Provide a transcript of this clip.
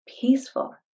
peaceful